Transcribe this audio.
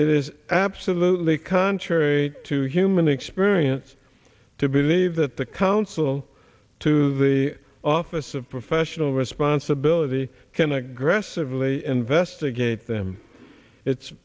it is absolutely contrary to human experience to believe that the counsel to the office of professional responsibility can aggressively investigate them it's